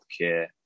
healthcare